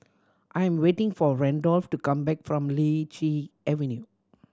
I am waiting for Randolph to come back from Lichi Avenue